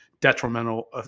detrimental